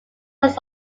was